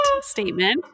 statement